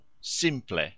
Simple